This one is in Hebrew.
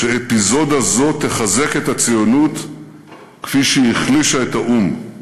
שאפיזודה זו תחזק את הציונות כפי שהחלישה את האו"ם.